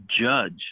judge